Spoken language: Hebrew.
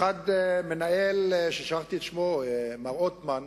אחד, מנהל ששכחתי את שמו, מר עות'מאן,